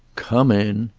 come in,